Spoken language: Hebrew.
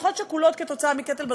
משפחות שכולות כתוצאה מקטל בדרכים.